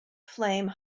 flame